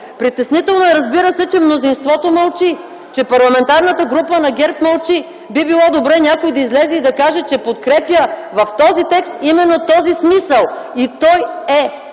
Притеснително е, разбира се, че мнозинството мълчи, Парламентарната група на ГЕРБ мълчи. Би било добре някой да излезе и да каже, че подкрепя в този текст именно този смисъл. А той е,